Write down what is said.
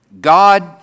God